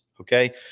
Okay